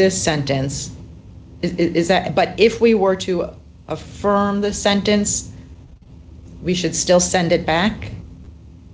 this sentence is that but if we were to affirm the sentence we should still send it back